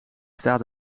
staat